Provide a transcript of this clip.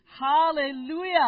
Hallelujah